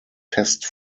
test